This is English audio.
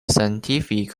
scientific